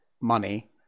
money